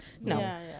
no